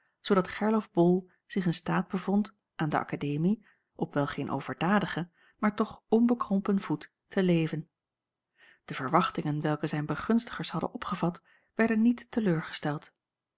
zoodat gerlof bol zich in staat bevond aan de akademie op wel geen overdadigen maar toch onbekrompen voet te leven de verwachtingen welke zijn begunstigers hadden opgevat werden niet te leur gesteld